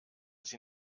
sie